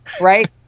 right